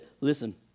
Listen